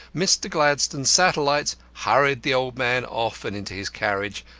mr. gladstone's satellites hurried the old man off and into his carriage,